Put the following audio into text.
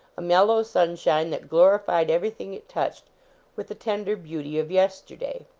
a mellow sunshine that glorified everything it touched with the tender beauty of yesterday.